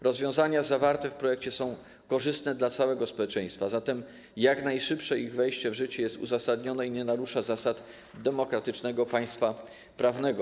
Rozwiązania zawarte w projekcie są korzystne dla całego społeczeństwa, zatem jak najszybsze ich wejście w życie jest uzasadnione i nie narusza zasad demokratycznego państwa prawnego.